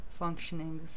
functionings